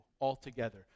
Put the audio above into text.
altogether